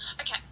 Okay